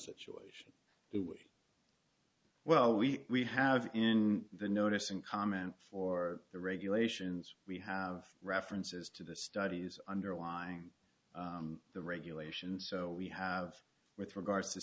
situation well we have in the notice and comment for the regulations we have references to the studies underlying the regulation so we have with regards to